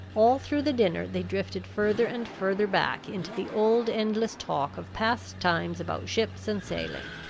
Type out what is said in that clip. all through the dinner they drifted further and further back into the old endless talk of past times about ships and sailing.